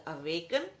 awaken